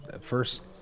first